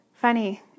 Funny